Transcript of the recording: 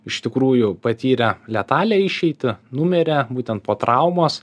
iš tikrųjų patyrę letalią išeitį numirė būtent po traumos